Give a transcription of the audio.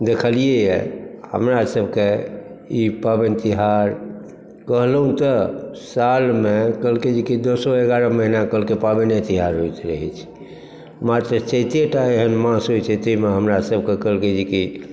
देखलियै यऽ हमरा सबके ई पाबनि तिहार कहलहुँ तऽ सालमे कहलकै जे कि दसो एगारह महिना पाबनिये तिहार होइत रहै छै मात्र चैते टा एहन मास होइ छै तै मे हमरा सबके कहलकै जे कि